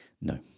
No